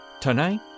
Tonight